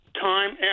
time